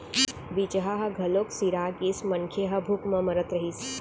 बीजहा ह घलोक सिरा गिस, मनखे ह भूख म मरत रहिस